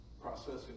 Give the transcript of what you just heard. processing